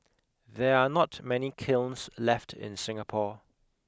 there are not many kilns left in Singapore